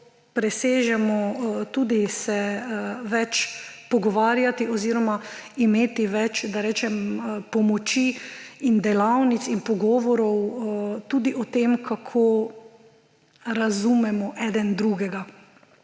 presežemo, tudi se več pogovarjati oziroma imeti več, da rečem, pomoči in delavnic in pogovorov tudi o tem, kako razumemo eden drugega.